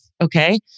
okay